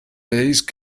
these